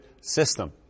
system